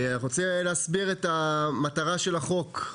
אני רוצה להסביר את המטרה של החוק.